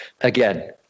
Again